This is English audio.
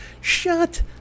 Shut